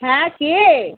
হ্যাঁ কে